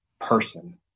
person